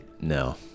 no